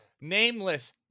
Nameless